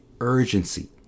urgency